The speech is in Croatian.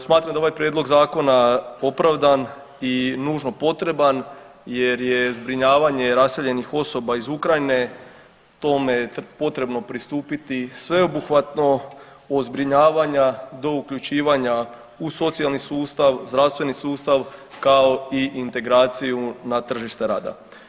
Smatram da je ovaj prijedlog zakona opravdan i nužno potreban jer je zbrinjavanje raseljenih osoba iz Ukrajine tome potrebno pristupiti sveobuhvatno od zbrinjavanja do uključivanje u socijalni sustav, zdravstveni sustav kao i integraciju na tržište rada.